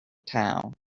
town